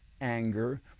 anger